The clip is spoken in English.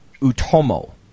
Utomo